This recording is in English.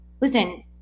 Listen